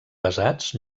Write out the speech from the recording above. pesats